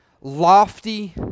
lofty